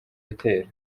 bitero